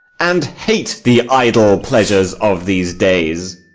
and hate the idle pleasures of these days.